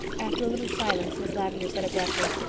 after a little silence miss lavendar said abruptly,